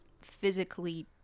physically